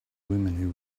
women